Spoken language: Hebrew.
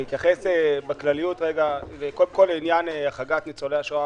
אני אתייחס בכלליות: כל עניין החרגת ניצולי השואה